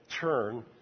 turn